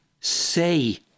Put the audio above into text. say